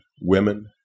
women